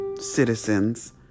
citizens